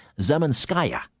Zemanskaya